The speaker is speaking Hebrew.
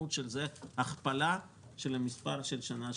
המשמעות של זה היא הכפלת המספר של השנה שעברה.